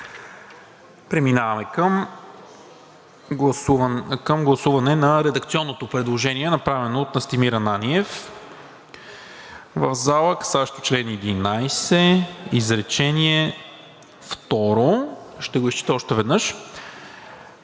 Преминаваме към гласуване на редакционното предложение, направено от Настимир Ананиев в залата, касаещо чл. 11, изречение второ. Ще го изчета още веднъж.